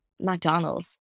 McDonald's